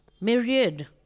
Myriad